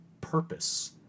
purpose